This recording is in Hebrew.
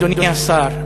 אדוני השר,